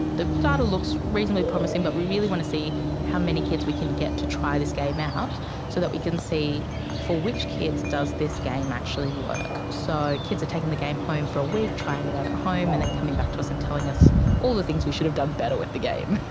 the data looks reasonably promising but we really want to see how many kids we can get to try this game out so that we can see for which kid does this game actually work. so kids are taking the game home for a week, trying it out at home and then coming back to us and telling us all the things we should have done better with the game.